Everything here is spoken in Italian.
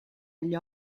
agli